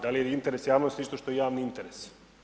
Da li je interes javnosti isto što i javni interes?